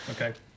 okay